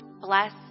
bless